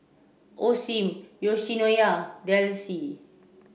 Osim Yoshinoya Delsey